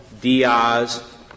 Diaz